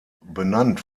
benannt